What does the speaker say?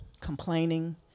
complaining